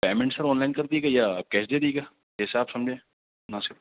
payment sir online کر دیجیے گا یا کیش دیجیے گا جیسا آپ سمجھیں مناسب